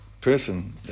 person